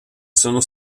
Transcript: sono